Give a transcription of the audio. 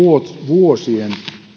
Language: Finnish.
vuosien